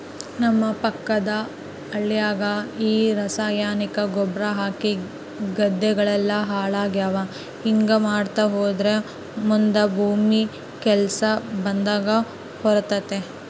ನಮ್ಮ ಪಕ್ಕದ ಹಳ್ಯಾಗ ಈ ರಾಸಾಯನಿಕ ಗೊಬ್ರ ಹಾಕಿ ಗದ್ದೆಗಳೆಲ್ಲ ಹಾಳಾಗ್ಯಾವ ಹಿಂಗಾ ಮಾಡ್ತಾ ಹೋದ್ರ ಮುದಾ ಭೂಮಿ ಕೆಲ್ಸಕ್ ಬರದಂಗ ಹೋತತೆ